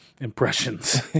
impressions